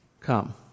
come